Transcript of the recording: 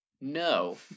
no